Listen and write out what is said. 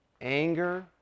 anger